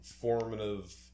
formative